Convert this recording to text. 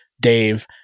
Dave